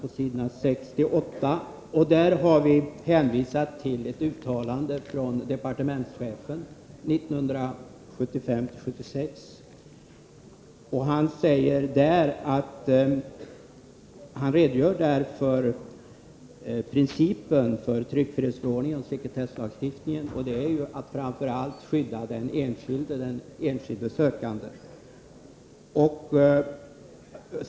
På s. 6-8 i betänkandet har vi hänvisat till ett uttalande från departementschefen 1975/76, där han redogjort för principen för tryckfrihetsförordningen och sekretesslagstiftningen. Principen är att framför allt skydda den enskilde sökanden.